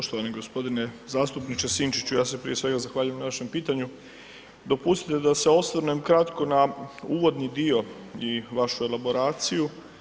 Poštovani g. zastupniče Sinčiću, ja se prije svega zahvaljujem na vašem pitanju, dopustite da se osvrnem kratko na uvodni dio i vašu elaboraciju.